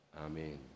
Amen